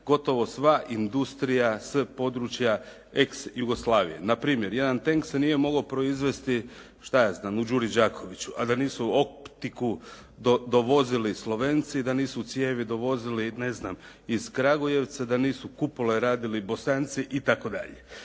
gotovo sva industrija s područja ex Jugoslavije. Na primjer, jedan tenk se nije mogao proizvesti, šta ja znam u "Đuri Đakoviću", a da nisu optiku dovozili Slovenci, da nisu cijevi dovozili ne znam, iz Kragujevca, da nisu kupole radili Bosanci itd.